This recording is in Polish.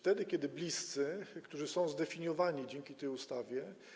To bliscy, którzy są zdefiniowani dzięki tej ustawie.